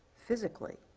physically?